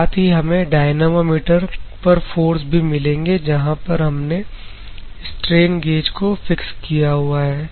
साथ ही हमें डायनमोमीटर पर फोर्स भी मिलेंगे जहां पर हमने स्ट्रेन गेज को फिक्स किया हुआ है